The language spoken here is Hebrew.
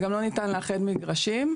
גם לא ניתן לאחד מגרשים.